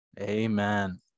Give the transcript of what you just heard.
Amen